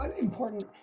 important